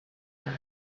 her